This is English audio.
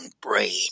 brain